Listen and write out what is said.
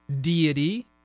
deity